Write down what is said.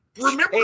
Remember